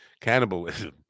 cannibalism